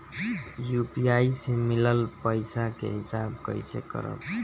UPI से मिलल पईसा के हिसाब कइसे करब?